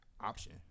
option